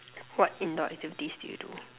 what indoor activities do you do